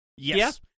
Yes